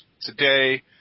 today